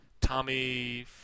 Tommy